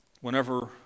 Whenever